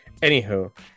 Anywho